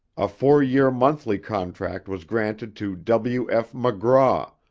a four year monthly contract was granted to w. f. mcgraw,